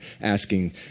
asking